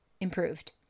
improved